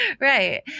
right